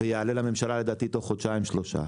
ויעלה לממשלה לדעתי תוך חודשיים-שלושה.